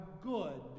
good